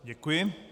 Děkuji.